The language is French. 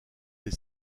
des